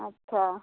अच्छा